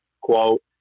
quote